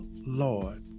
Lord